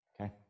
Okay